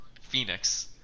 Phoenix